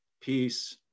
peace